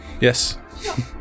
Yes